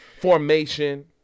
formation